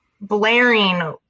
blaring